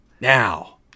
Now